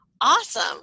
awesome